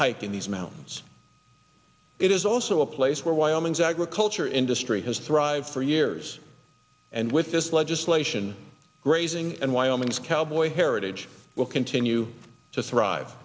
hike in these mountains it is also a place where wyoming's agriculture industry has thrived for years and with this legislation raising and wyoming's cowboy heritage will continue to thrive